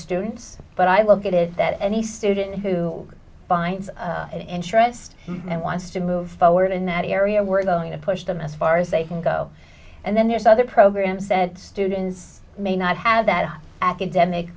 students but i will get it that any student who finds an interest and wants to move forward in that area we're going to push them as far as they can go and then there's other programs that students may not have that academic